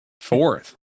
Fourth